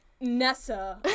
Nessa